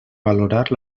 valorar